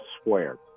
squared